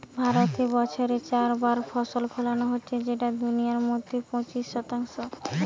ভারতে বছরে চার বার ফসল ফোলানো হচ্ছে যেটা দুনিয়ার মধ্যে পঁচিশ শতাংশ